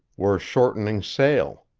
were shortening sail.